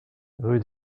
rue